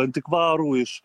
antikvarų iš